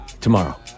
tomorrow